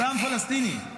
סתם פלסטיני,